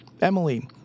Emily